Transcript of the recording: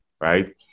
right